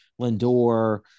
Lindor